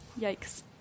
Yikes